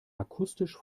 akustisch